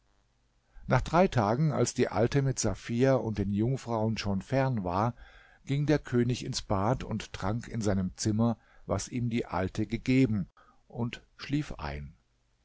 nach drei tagen als die alte mit safia und den jungfrauen schon fern war ging der könig ins bad und trank in seinem zimmer was ihm die alte gegeben und schlief ein